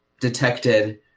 detected